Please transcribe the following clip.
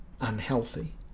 unhealthy